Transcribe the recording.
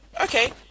Okay